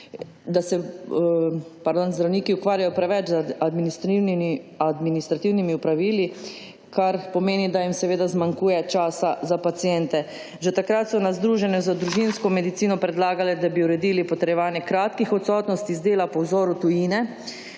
da se zdravniki preveč ukvarjajo z administrativnimi opravili, kar pomeni, da jim zmanjkuje časa za paciente. Že takrat so na Združenju zdravnikov družinske medicine predlagali, da bi uredili potrjevanje kratkih odsotnosti z dela po vzoru tujine,